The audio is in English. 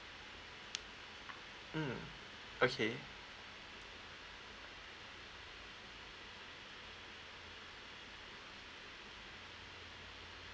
mm okay